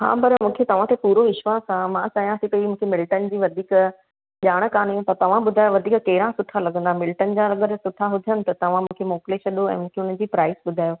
हा पर मूंखे तव्हां ते पूरो विश्वास आहे मां चयां थी पेई मूंखे मिल्टन जी वधीक ॼाण कान्हे त तव्हां ॿुधायो त वधीक कहिड़ा सुठा लॻंदा मिल्टन जा अगरि सुठा हुजनि त तव्हां मूंखे मोकिले छॾो ऐं हुनजी प्राइस ॿुधायो